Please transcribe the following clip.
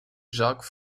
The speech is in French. jacques